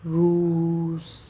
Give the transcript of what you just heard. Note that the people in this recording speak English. Russia